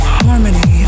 harmony